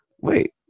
Wait